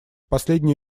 последний